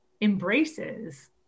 embraces